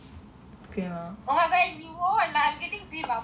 oh my god we won I am getting free bubble tea from therles